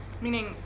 Meaning